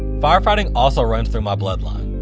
firefighting also runs through my bloodline.